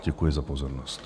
Děkuji za pozornost.